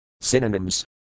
Synonyms